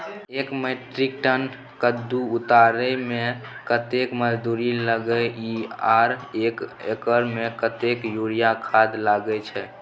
एक metric ton कद्दू उतारे में कतेक मजदूरी लागे इ आर एक एकर में कतेक यूरिया खाद लागे छै?